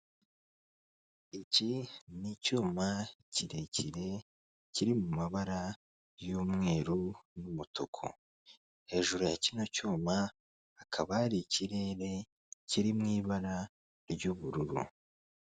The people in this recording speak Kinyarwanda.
Iki ni icyuma kirekire kiri mu mabara y'umweru n'umutuku. Hejuru ya kino cyuma hakaba hari ikirere kiri mu ibara ry'ubururu.